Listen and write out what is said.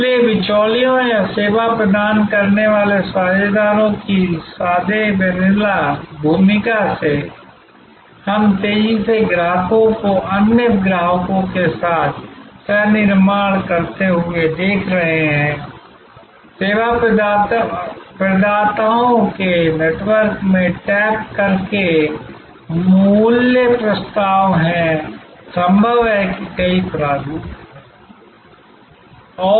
इसलिए बिचौलियों या सेवा प्रदान करने वाले साझेदारों की सादे वेनिला भूमिका से हम तेजी से ग्राहकों को अन्य ग्राहकों के साथ सह निर्माण करते हुए देख रहे हैं सेवा प्रदाताओं के नेटवर्क में टैप करके मूल्य प्रस्ताव हैं संभव है कि कई प्रारूप हैं